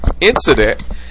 incident